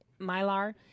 mylar